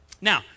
now